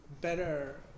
better